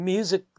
Music